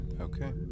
Okay